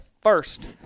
first